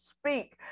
speak